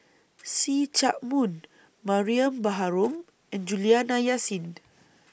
See Chak Mun Mariam Baharom and Juliana Yasin